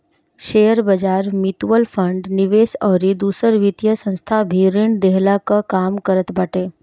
शेयरबाजार, mutual fund, निवेश अउरी दूसर वित्तीय संस्था भी ऋण देहला कअ काम करत बाटे